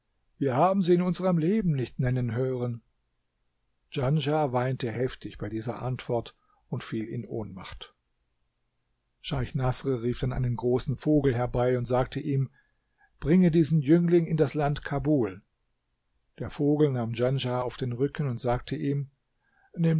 wir haben sie in unserem leben nicht nennen hören djanschah weinte heftig bei dieser antwort und fiel in ohnmacht scheich naßr rief dann einen großen vogel herbei und sagte ihm bringe diesen jüngling in das land kabul der vogel nahm djanschah auf den rücken und sagte ihm